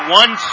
one